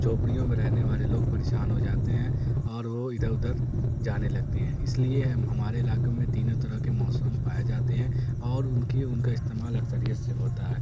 جھوپڑیوں میں رہنے والے لوگ پریشان ہو جاتے ہیں اور وہ ادھر ادھر جانے لگتے ہیں اس لیے ہمارے علاقوں میں تینوں طرح کے موسم پائے جاتے ہیں اور ان کی ان کا استعمال اکثریت سے ہوتا ہے